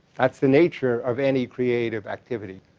that's the nature of any creative activity.